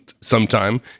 sometime